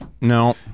no